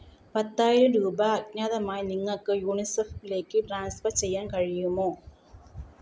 പത്തായിരം രൂപ അജ്ഞാതമായി നിങ്ങൾക്ക് യൂണിസെഫിലേക്ക് ട്രാൻസ്ഫർ ചെയ്യാൻ കഴിയുമോ